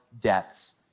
debts